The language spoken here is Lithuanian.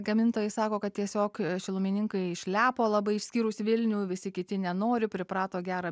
gamintojai sako kad tiesiog šilumininkai išlepo labai išskyrus vilnių visi kiti nenori priprato gerą